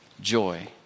Joy